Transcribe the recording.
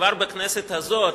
כבר בכנסת הזאת,